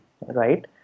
right